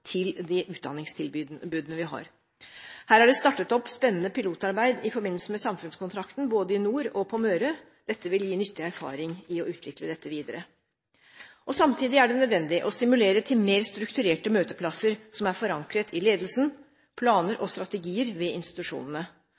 til de utdanningstilbudene vi har. Her er det startet opp spennende pilotarbeid i forbindelse med samfunnskontrakten både i nord og på Møre. Dette vil gi nyttig erfaring i å utvikle dette videre. Samtidig er det nødvendig å stimulere til mer strukturerte møteplasser som er forankret i ledelsen, planer og strategier ved institusjonene.